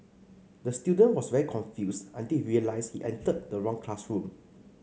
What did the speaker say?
the student was very confused until he realised he entered the wrong classroom